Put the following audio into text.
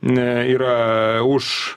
ne yra už